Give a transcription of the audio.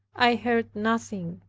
i heard nothing.